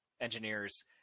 Engineers